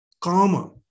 karma